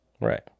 Right